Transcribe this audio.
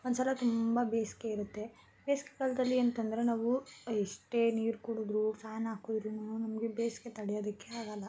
ಒಂದು ಸಲ ತುಂಬ ಬೇಸಿಗೆ ಇರುತ್ತೆ ಬೇಸಿಗೆ ಕಾಲದಲ್ಲಿ ಅಂತಂದ್ರೆ ನಾವು ಎಷ್ಟೇ ನೀರು ಕುಡಿದ್ರು ಫ್ಯಾನ್ ಹಾಕುದ್ರುನೂ ನಮಗೆ ಬೇಸಿಗೆ ತಡೆಯೋದಕ್ಕೆ ಆಗಲ್ಲ